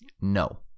no